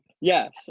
Yes